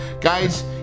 Guys